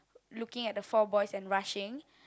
looking at the four boys and rushing